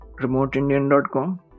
remoteindian.com